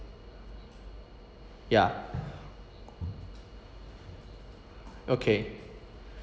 ya okay